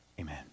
amen